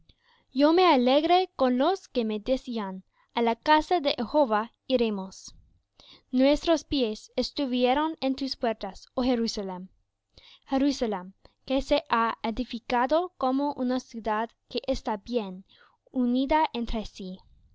yo me alegré con los que me decían a la casa de jehová iremos nuestros pies estuvieron en tus puertas oh jerusalem jerusalem que se ha edificado como una ciudad que está bien unida entre sí